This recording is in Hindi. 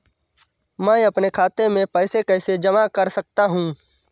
मैं अपने खाते में पैसे कैसे जमा कर सकता हूँ?